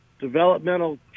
developmental